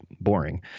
boring